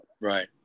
Right